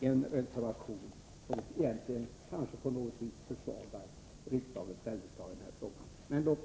ingen reservation. På sätt och vis försvagar den riksdagens ställningstagande i frågan.